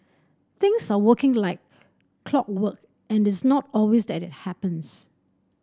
things are working like clockwork and it's not always that it happens